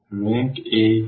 rank A কি